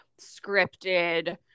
scripted